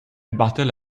battle